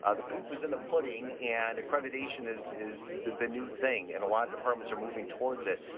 ah the proof is in the pudding and accreditation is, is the new thing. and a lot of departments are moving towards it.